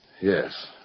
Yes